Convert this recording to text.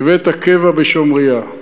בבית הקבע בשומריה.